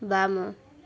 ବାମ